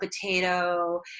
potato